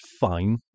fine